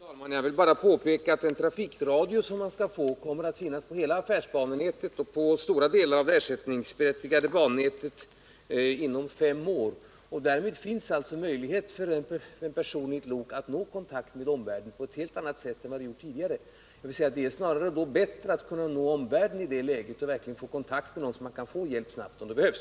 Fru talman! Jag ville bara påpeka att den trafikradio som man skall få inom fem år kommer att finnas över hela affärsbanenätet och på stora delar av det ersättningsberättigade bannätet. Därmed finns alltså möjligheter för en person i ett lok att nå kontakt med omvärlden på ett helt annat sätt än tidigare. Det är snarare bättre att kunna nå omvärlden i det läget och att nå kontakt så att man snabbt kan få hjälp om denna behövs.